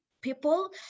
people